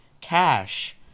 cash